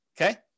Okay